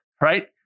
right